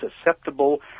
susceptible